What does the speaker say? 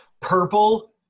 purple